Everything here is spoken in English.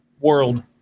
World